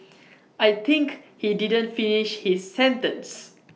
I think he didn't finish his sentence